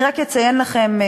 אני רק אציין לפניכם,